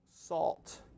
Salt